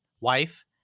wife